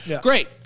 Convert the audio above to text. Great